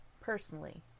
personally